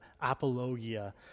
apologia